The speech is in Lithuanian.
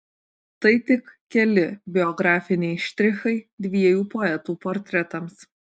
tai tik keli biografiniai štrichai dviejų poetų portretams